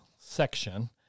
section